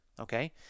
okay